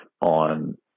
on